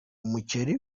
umuceri